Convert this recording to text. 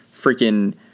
freaking